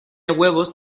huevos